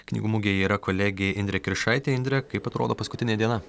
knygų mugėje yra kolegė indrė kiršaitė indre kaip atrodo paskutinė diena